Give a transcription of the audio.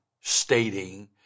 stating